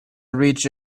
reach